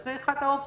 אז זה אחת האופציות,